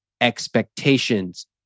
expectations